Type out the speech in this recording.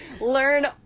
Learn